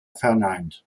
verneint